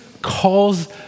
calls